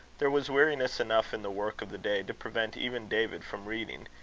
there was weariness enough in the work of the day to prevent even david from reading,